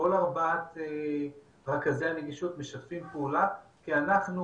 כל ארבעת רכזי הנגישות משתפים פעולה כי אנחנו